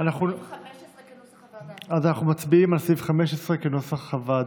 אנחנו מצביעים על סעיף 15 כנוסח הוועדה.